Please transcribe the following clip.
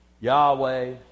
Yahweh